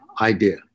idea